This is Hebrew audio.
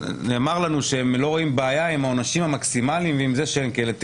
נאמר לנו פה שהם לא רואים בעיה עם העונשים המקסימליים ועם זה שהם כאלה.